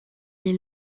est